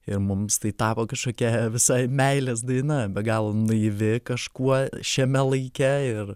ir mums tai tapo kažkokia visai meilės daina be galo naivi kažkuo šiame laike ir